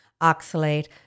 oxalate